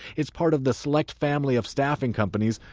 it's part of the select family of staffing companies,